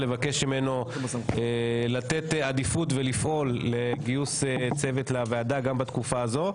לבקש ממנו לתת עדיפות ולפעול לגיוס צוות לוועדה גם בתקופה הזו.